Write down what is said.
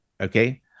okay